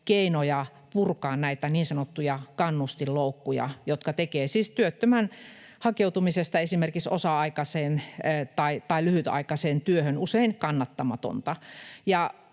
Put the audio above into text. keinoista purkaa näitä niin sanottuja kannustinloukkuja, jotka tekevät siis työttömän hakeutumisesta esimerkiksi osa-aikaiseen tai lyhytaikaiseen työhön usein kannattamatonta.